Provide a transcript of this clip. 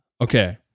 Okay